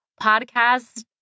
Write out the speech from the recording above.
podcast